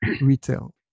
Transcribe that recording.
retail